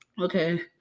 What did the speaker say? Okay